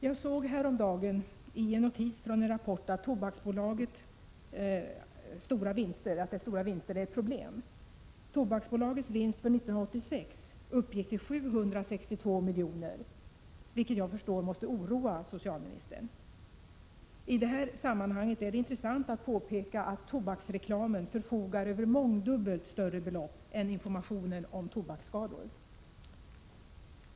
Jag såg häromdagen i en notis från en rapport att Tobaksbolagets stora vinster är ett problem. Tobaksbolagets vinst för 1986 uppgick till 762 miljoner, vilket jag förstår måste oroa socialministern. I det här sammanhanget är det intressant att påpeka att tobaksreklamen förfogar över mångdubbelt större belopp än informationen om tobaksskador.